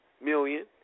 million